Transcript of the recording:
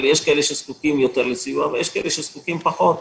אבל יש כאלה שזקוקים יותר לסיוע ויש כאלה שזקוקים פחות.